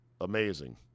amazing